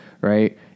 right